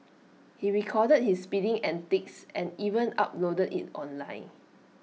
he recorded his speeding antics and even uploaded IT online